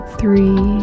three